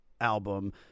album